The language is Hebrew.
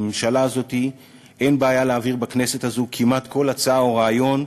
לממשלה הזאת אין בעיה להעביר בכנסת הזאת כמעט כל הצעה או רעיון,